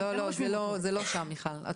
לא, לא, זה לא שם, מיכל.